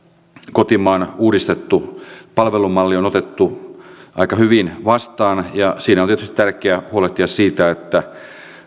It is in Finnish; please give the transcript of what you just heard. kotimaan uudistettu palvelumalli on otettu aika hyvin vastaan ja siinä on tietysti tärkeää huolehtia siitä että